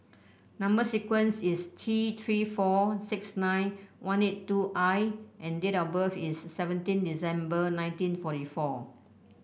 number sequence is T Three four six nine one eight two I and date of birth is seventeen December nineteen forty four